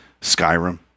Skyrim